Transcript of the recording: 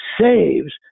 saves